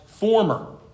Former